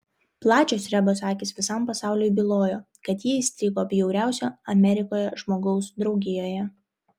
plačios rebos akys visam pasauliui bylojo kad ji įstrigo bjauriausio amerikoje žmogaus draugijoje